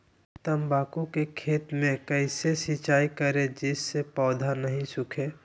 तम्बाकू के खेत मे कैसे सिंचाई करें जिस से पौधा नहीं सूखे?